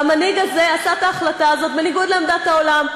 והמנהיג הזה עשה את ההחלטה הזאת בניגוד לעמדת העולם.